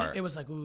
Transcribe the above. it was like,